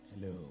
Hello